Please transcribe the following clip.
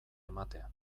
ematea